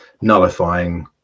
nullifying